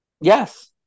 Yes